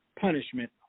punishment